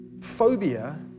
phobia